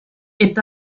est